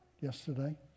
yesterday